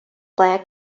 clare